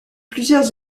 plusieurs